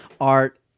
Art